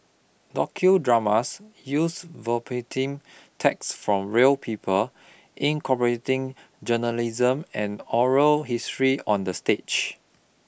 docudramas use verbatim text from real people incorporating journalism and oral history on the stage